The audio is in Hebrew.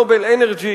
"נובל אנרג'י",